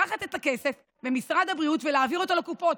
לקחת את הכסף ממשרד הבריאות ולהעביר אותו לקופות.